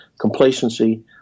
complacency